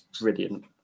brilliant